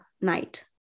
night